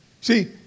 See